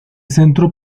centro